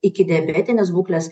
iki diabetines būkles